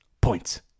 points